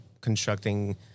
constructing